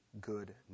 good